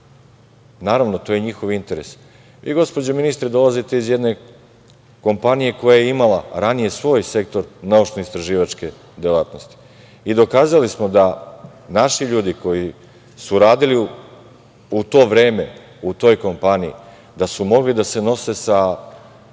Naravno, to je njihov interes. Vi gospođo ministre, dolazite iz jedne kompanije koja je imala ranije svoj sektor naučno-istraživačke delatnosti i dokazali smo da naši ljudi koji su radili u to vreme, u toj kompaniji, da su mogli da se nose sa